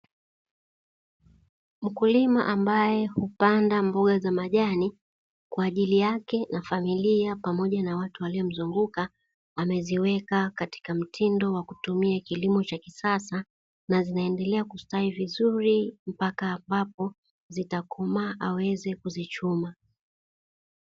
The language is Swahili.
Mkulima ambaye hupanda mboga za majani, kwa ajili yake na familia pamoja na watu waliomzunguka, ameziweka katika mtindo wa kutumia kilimo cha kisasa na zinaendelea kustawi vizuri, mpaka ambapo zitakomaa aweze kuzichuma.